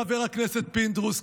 חבר הכנסת פינדרוס,